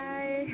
Bye